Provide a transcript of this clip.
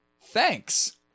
Thanks